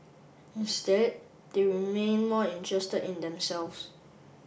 instead they remained more interested in themselves